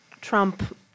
Trump